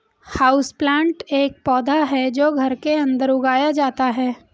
houseplant एक पौधा है जो घर के अंदर उगाया जाता है